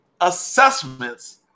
Assessments